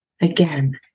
Again